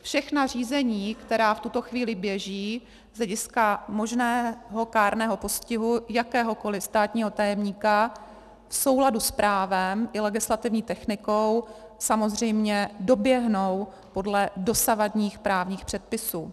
Všechna řízení, která v tuto chvíli běží z hlediska možného kárného postihu jakéhokoliv státního tajemníka v souladu s právem i legislativní technikou, samozřejmě doběhnou podle dosavadních právních předpisů.